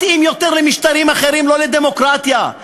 מתאים יותר למשטרים אחרים, לא לדמוקרטיה.